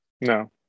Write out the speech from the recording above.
no